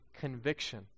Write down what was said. conviction